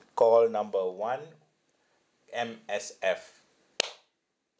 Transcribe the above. call number one M_S_F